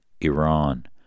Iran